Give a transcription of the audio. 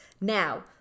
Now